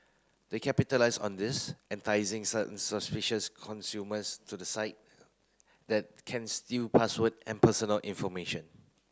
they capitalise on this enticing consumers to the site that can steal password and personal information